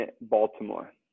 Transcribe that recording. Baltimore